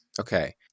Okay